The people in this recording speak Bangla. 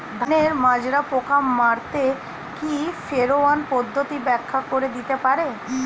ধানের মাজরা পোকা মারতে কি ফেরোয়ান পদ্ধতি ব্যাখ্যা করে দিতে পারে?